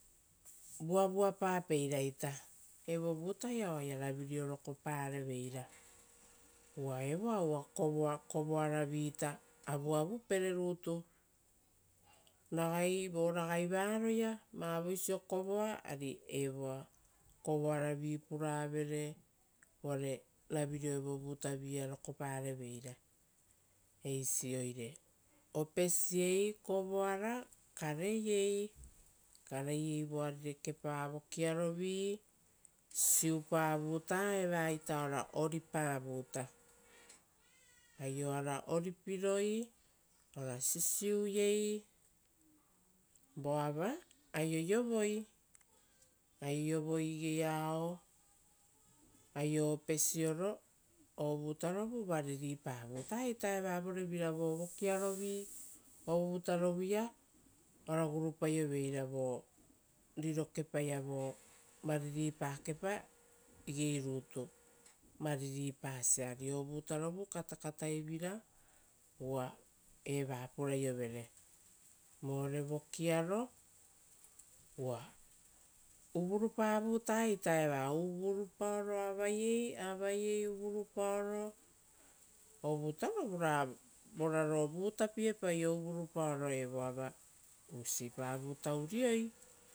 Evoa uva vuavuapapeira ita, evo vutaia oaia ravireo rokopareveira, uva evoa uva kovoaravi-ita avuavupere rutu. Vo ragai varoia vavoisio kovoa, ari evoa kovoaravi puravere, uvare ravireo evo vutavi-ia rokopareveira eisi, oire opesiei kovoara voava kareiei voarirekepa. Vokiarovi ari sisiupa vuta eva ora oripa vuta, aioara oripiroi ora sisiuiei voava aioiovoi igei ao aio opesioro ovutaro variripa vutaita eva vorevira vo vokiarovi ovutarovuia ora gurupaioveira ita vo riro kepaiavo variripa kepa igeirutu variri pasia ari o vutarovu katakataivira uva eva pura iovere vore vokiaro uva uvupa vutaita eva, uvurupaoro avaiei, avaiei uvurupaoro voraro vutapiepaio uvurupaoro, evoa usipa vutu urioi.